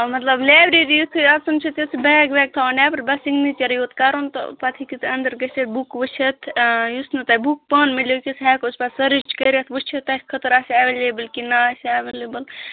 آ مَطلَب لیبریری یُتھُے اَژُن چھُ تیُتھُے بیگ ویگ تھاوان نٮ۪برٕ بَس سِگنیٖچَرٕے یوت کَرُن تہٕ پَتہٕ ہیٚکِو تُہُۍ اَنٛدَر گٕژھِتھ بُک وٕچھِتھ یُس نہٕ تۄہہِ بُک پانہٕ مِلیو سُہ ہیکو أسۍ پتہٕ سٕرٕچ کٕرِتھ وٕچھِتھ تۄہہِ خٲطرٕ آسہِ ایویلِبٕل کِنہٕ نہ آسہِ ایویلبٕل